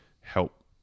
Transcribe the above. help